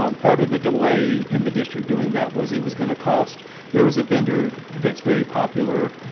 um part of the delay in the district doing that was it was going to cost there was a vendor that's very popular,